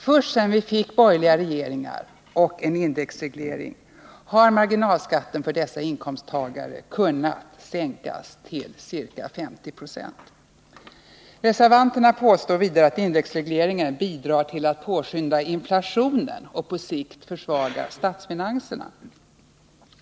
Först sedan vi fick borgerliga regeringar och en indexreglering har marginalskatten för dessa inkomsttagare åter kunnat sänkas till ca 50 96. Reservanterna påstår vidare att indexregleringen bidrar till att påskynda inflationen och att den på sikt försvagar statsfinanserna.